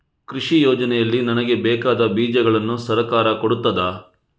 ಕೃಷಿ ಯೋಜನೆಯಲ್ಲಿ ನನಗೆ ಬೇಕಾದ ಬೀಜಗಳನ್ನು ಸರಕಾರ ಕೊಡುತ್ತದಾ?